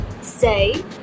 say